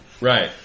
Right